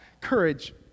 courage